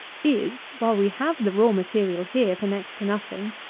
is, while we have the raw material here for next to nothing,